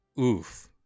Oof